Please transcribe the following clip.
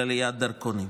של עליית דרכונים,